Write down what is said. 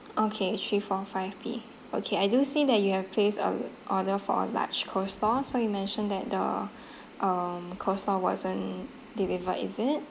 okay three four five P okay I do see that you have placed a order for a large coleslaw so you mentioned that the um coleslaw wasn't delivered is it